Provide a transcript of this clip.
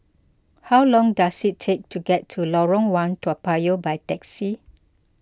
how long does it take to get to Lorong one Toa Payoh by taxi